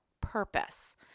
purpose